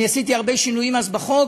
אני עשיתי הרבה שינויים אז בחוק,